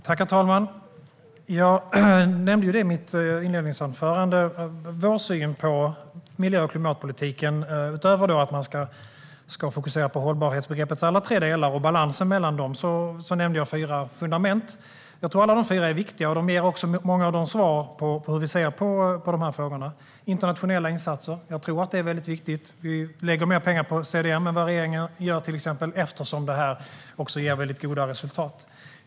Herr talman! I mitt anförande nämnde jag, utöver att vi ska fokusera på hållbarhetsbegreppets alla tre delar och balansen mellan dem, att vår syn på miljö och klimatpolitiken bygger på fyra fundament. Jag tror att alla de fyra är viktiga, och de ger också många av svaren när det gäller hur vi ser på de här frågorna. Internationella insatser tror jag är väldigt viktigt. Vi lägger till exempel mer pengar på CDM än vad regeringen gör eftersom det också ger goda resultat.